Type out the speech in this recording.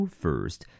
first